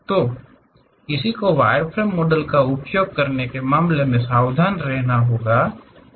तो किसी को वायरफ्रेम मॉडल का उपयोग करने के मामले में सावधान रहना होगा